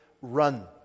run